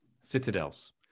Citadels